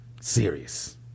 serious